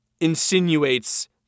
insinuates